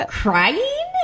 crying